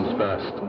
first